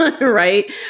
right